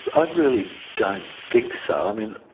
i really don't think so. i mean,